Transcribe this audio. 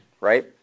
right